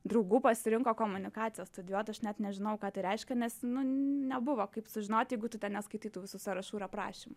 draugų pasirinko komunikaciją studijuot aš net nežinojau ką tai reiškia nes nebuvo kaip sužinot jeigu tu ten neskaitai tų visų sąrašų ir aprašymų